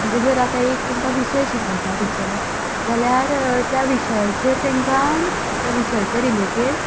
म्हणजे जर आतां तांकां एक विशय शिकयता टिचर जाल्यार त्या विशयाचेर तांकां त्या विशयाच्या रिलेटेड